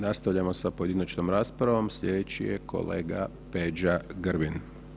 Nastavljamo sa pojedinačnom raspravom, slijedeći je kolega Peđa Grbin.